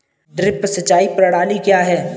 Drip सिंचाई प्रणाली क्या है?